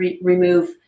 remove